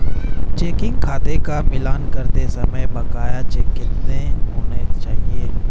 Checking खाते का मिलान करते समय बकाया चेक कितने होने चाहिए?